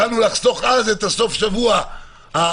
ויכולנו לחסוך אז את סוף השבוע שעבר,